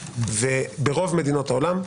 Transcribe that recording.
ברוב מדינות העולם,